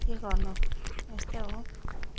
के गर्नु यस्तै हो